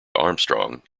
armstrong